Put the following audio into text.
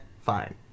fine